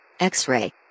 X-ray